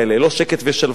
לא שקט ושלווה,